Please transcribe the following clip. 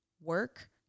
work